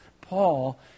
Paul